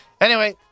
anyway-